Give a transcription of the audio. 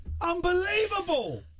Unbelievable